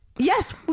Yes